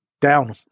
down